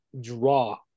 draw